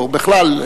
או בכלל,